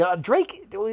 Drake